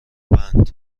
بند